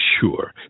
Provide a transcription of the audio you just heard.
sure